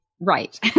Right